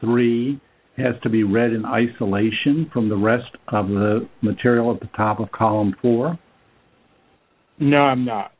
three has to be read in isolation from the rest of the material at the top of column for no i'm not